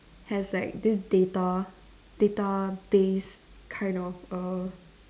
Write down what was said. has like this data database kind of err